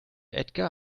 edgar